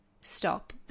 stop